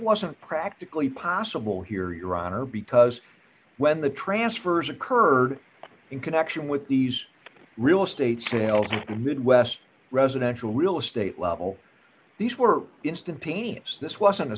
wasn't practically possible here your honor because when the transfers occurred in connection with these real estate sales of the midwest residential real estate level these were instant peanuts this wasn't a